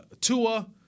Tua